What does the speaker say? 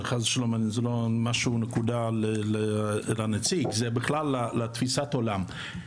חס ושלום זו לא נקודה לנציג זה בכלל לתפיסת העולם,